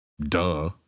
Duh